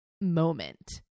moment